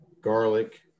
garlic